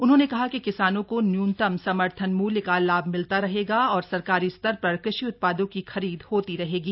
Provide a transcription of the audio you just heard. उन्होंने कहा कि किसानों को न्यूनतम समर्थन मूल्य का लाभ मिलता रहेगा और सरकारी स्तर पर कृषि उत्पादों की खरीद होती रहेगी